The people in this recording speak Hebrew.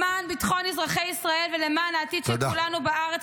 למען ביטחון אזרחי ישראל ולמען העתיד של כולנו בארץ